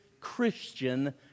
Christian